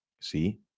See